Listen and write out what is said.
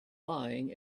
lying